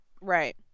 Right